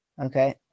Okay